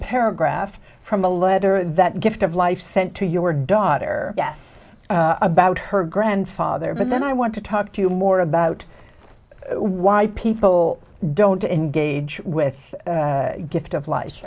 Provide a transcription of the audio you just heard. paragraph from a letter that gift of life sent to your daughter death about her grandfather but then i want to talk to you more about why people don't engage with gift of life